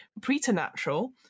preternatural